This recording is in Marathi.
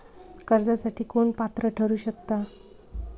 कर्जासाठी कोण पात्र ठरु शकता?